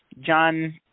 John